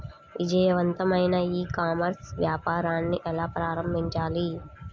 విజయవంతమైన e commerce వ్యాపారాన్ని ఎలా ప్రారంభించాలి?